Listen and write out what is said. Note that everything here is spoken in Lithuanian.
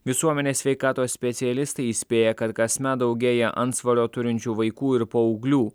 visuomenės sveikatos specialistai įspėja kad kasmet daugėja antsvorio turinčių vaikų ir paauglių